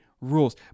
rules